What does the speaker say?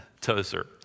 Tozer